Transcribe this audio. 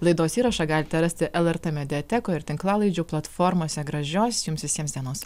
laidos įrašą galite rasti lrt mediatekoj ir tinklalaidžių platformose gražios jums visiems dienos